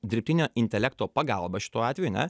dirbtinio intelekto pagalba šituo atveju ane